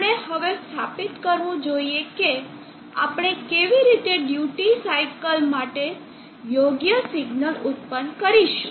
આપણે હવે સ્થાપિત કરવું જોઈએ કે આપણે કેવી રીતે ડ્યુટી સાઇકલ માટે યોગ્ય સિગ્નલ ઉત્પન્ન કરીશું